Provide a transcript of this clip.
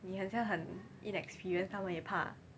你很像很 inexperienced 他们也怕